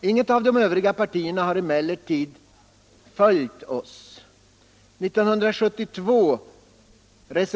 Inget av de övriga partierna har emellertid 2 april 1976 följ! oss.